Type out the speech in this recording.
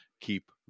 keep